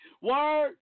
Word